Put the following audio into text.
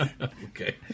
Okay